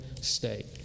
state